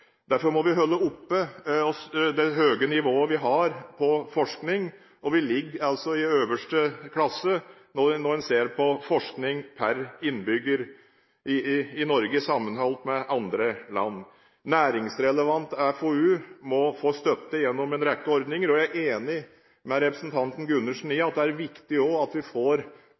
Derfor må vi holde oppe det høye nivået vi har på forskning. Vi ligger altså i øverste klasse når en ser på forskning per innbygger i Norge sammenlignet med andre land. Næringsrelevant FoU må få støtte gjennom en rekke ordninger. Jeg er enig med representanten Gundersen i at det også er viktig at vi – for å si det på den måten – får